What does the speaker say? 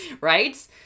right